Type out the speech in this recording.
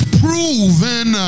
proven